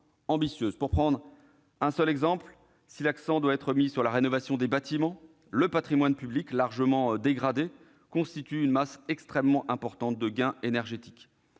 Pour prendre un seul exemple, si l'accent doit être mis sur la rénovation des bâtiments, le patrimoine public largement dégradé constitue une masse extrêmement importante de gains énergétiques.